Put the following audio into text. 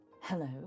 hello